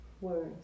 words